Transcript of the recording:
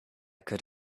could